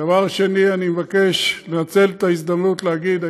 אני מבקש לנצל את ההזדמנות להגיד,